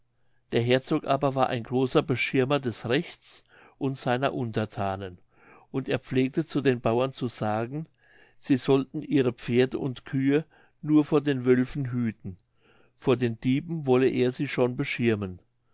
der herzog aber war ein großer beschirmer des rechts und seiner unterthanen und er pflegte zu den bauern zu sagen sie sollten ihre pferde und kühe nur vor den wölfen hüten vor den dieben wolle er sie schon beschirmen